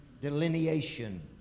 delineation